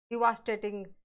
devastating